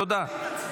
תודה.